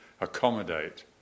accommodate